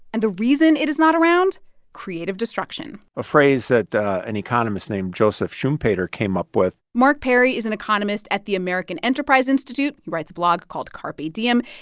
and the reason it is not around creative destruction a phrase that an economist named joseph schumpeter came up with mark perry is an economist at the american enterprise institute. he writes a blog called carpe diem.